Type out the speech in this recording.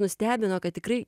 nustebino kad tikrai